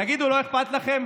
תגידו, לא אכפת לכם?